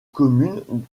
commune